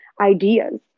ideas